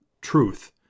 truth